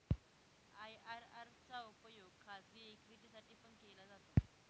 IRR चा उपयोग खाजगी इक्विटी साठी पण केला जातो